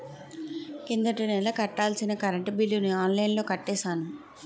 కిందటి నెల కట్టాల్సిన కరెంట్ బిల్లుని ఆన్లైన్లో కట్టేశాను